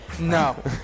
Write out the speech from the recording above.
no